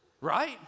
Right